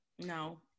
No